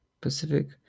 Pacific